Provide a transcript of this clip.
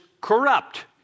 corrupt